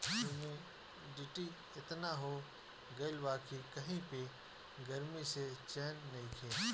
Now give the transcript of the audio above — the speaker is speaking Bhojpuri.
हुमिडिटी एतना हो गइल बा कि कही पे गरमी से चैन नइखे